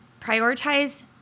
prioritize